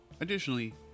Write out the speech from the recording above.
Additionally